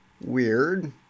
Weird